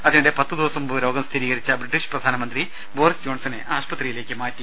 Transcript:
അതിനിടെ പത്തുദിവസം മുമ്പ് രോഗം സ്ഥിരീകരിച്ച ബ്രിട്ടീഷ് പ്രധാനമന്ത്രി ബോറിസ് ജോൺസണെ ആശുപത്രിയിലേക്ക് മാറ്റി